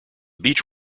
beach